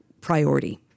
priority